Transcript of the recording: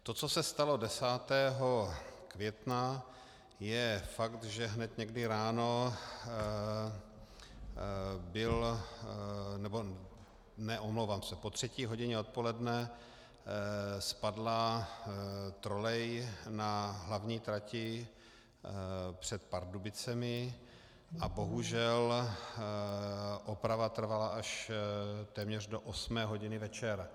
To, co se stalo 10. května, je fakt, že hned někdy ráno byl, ne, omlouvám se, po třetí hodině odpoledne spadla trolej na hlavní trati před Pardubicemi a bohužel oprava trvala až téměř do osmé hodiny večer.